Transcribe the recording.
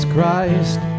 christ